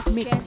Mix